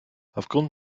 aufgrund